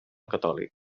catòlic